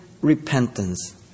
repentance